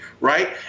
right